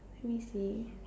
let me see